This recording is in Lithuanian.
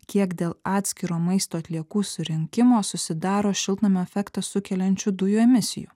kiek dėl atskiro maisto atliekų surinkimo susidaro šiltnamio efektą sukeliančių dujų emisijų